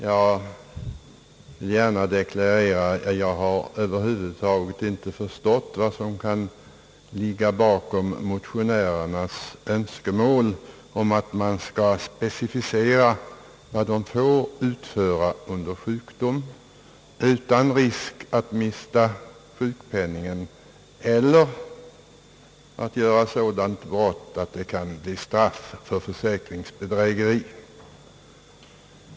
Jag vill gärna deklarera, att jag över huvud taget inte har förstått vad som kan ligga bakom motionärernas önskemål om att man skall specificera vad en sjukskriven får utföra under sjukdom utan risk att mista sjukpenningen eller begå ett sådant brott att det kan bli fråga om straff för försäkringsbedrägeri.